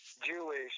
Jewish